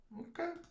Okay